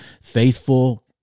faithful